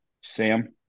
sam